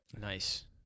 Nice